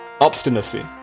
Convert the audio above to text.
obstinacy